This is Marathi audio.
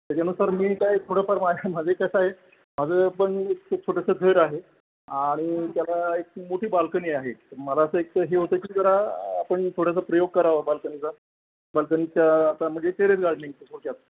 त्याच्यानुसार मी काय थोडंफार माझ्या माझे कसं आहे माझं पण खूप छोटंसं घर आहे आणि त्याला एक मोठी बाल्कनी आहे मला असं एक हे होतं की जरा आपण थोडंसं प्रयोग करावं बाल्कनीचा बाल्कनीच्या आता म्हणजे टेरेस गार्डनिंगचं थोडक्यात